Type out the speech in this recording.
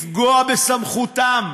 לפגוע בסמכותם,